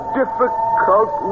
difficult